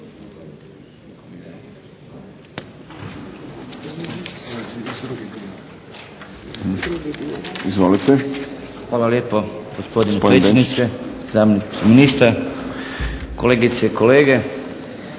Hvala lijepo gospodine predsjedniče, zamjeniče ministra, kolegice i kolege.